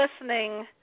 listening